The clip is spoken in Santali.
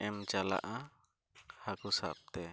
ᱮᱢ ᱪᱟᱞᱟᱜᱼᱟ ᱦᱟᱹᱠᱩᱥᱟᱵ ᱛᱮ